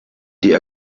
die